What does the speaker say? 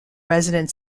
resident